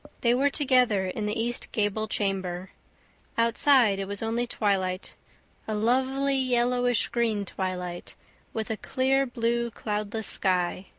they were together in the east gable chamber outside it was only twilight a lovely yellowish-green twilight with a clear-blue cloudless sky.